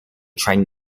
train